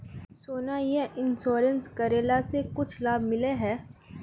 सोना यह इंश्योरेंस करेला से कुछ लाभ मिले है?